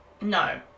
no